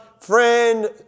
friend